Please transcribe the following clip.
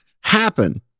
happen